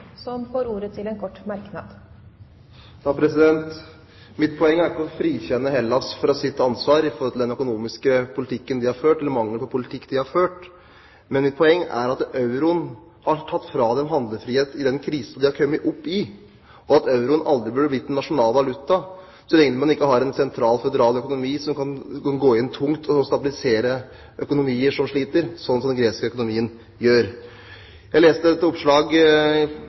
får ordet til en kort merknad, begrenset til 1 minutt. Mitt poeng er ikke å frikjenne Hellas for ansvaret for den økonomiske politikken de har ført – eller mangel på politikk. Mitt poeng er at euroen har tatt fra dem handlefrihet i den krisen de har kommet opp i, og at euroen aldri burde ha blitt en nasjonal valuta så lenge man ikke har en sentral føderal økonomi som kan gå tungt inn og stabilisere økonomier som sliter, som den greske økonomien gjør. Jeg leste et oppslag